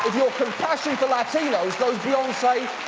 your compassion for latinos goes beyond, say,